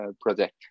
project